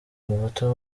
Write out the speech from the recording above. ubuto